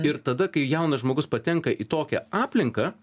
ir tada kai jaunas žmogus patenka į tokią aplinką